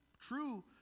true